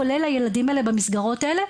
כולל הילדים האלה במסגרות האלה,